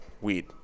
weed